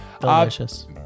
Delicious